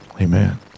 Amen